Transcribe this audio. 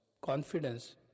Confidence